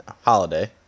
Holiday